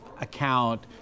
account